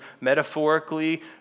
metaphorically